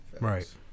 Right